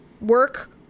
work